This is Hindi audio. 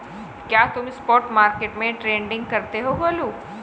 क्या तुम स्पॉट मार्केट में ट्रेडिंग करते हो गोलू?